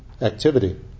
activity